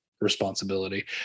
responsibility